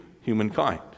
humankind